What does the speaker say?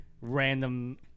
random